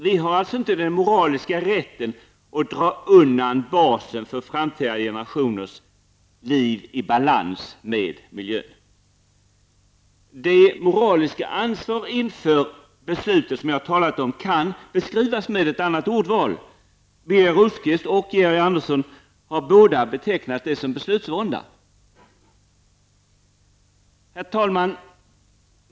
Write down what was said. Vi har alltså inte den moraliska rätten att dra undan basen för framtida generationers liv i balans med miljön. Det moraliska ansvar inför beslutet som jag har talat om kan beskrivas med ett annat ordval. Birger Rosqvist och Georg Andersson har båda betecknat det som beslutsvånda. Herr talman!